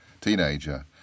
teenager